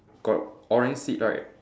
got orange seat right